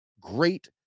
great